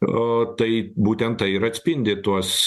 o tai būtent tai ir atspindi tuos